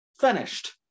finished